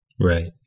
Right